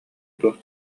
туох